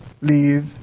leave